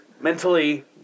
Mentally